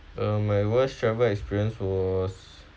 uh my worst travel experience was